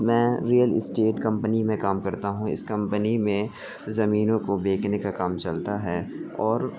میں real estate company میں کام کرتا ہوں اس کمپنی میں زمینوں کو بیچنے کا کام چلتا ہے اور